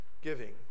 giving